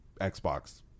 Xbox